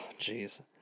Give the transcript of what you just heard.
jeez